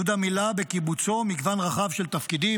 יהודה מילא בקיבוצו מגוון רחב של תפקידים,